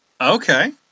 Okay